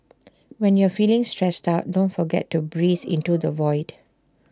when you are feeling stressed out don't forget to breathe into the void